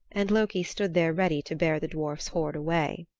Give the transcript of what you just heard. and loki stood there ready to bear the dwarf's hoard away.